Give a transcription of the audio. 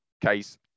case